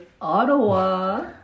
Ottawa